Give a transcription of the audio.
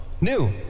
new